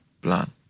plan